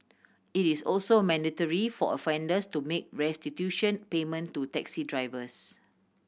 it is also mandatory for offenders to make restitution payment to taxi drivers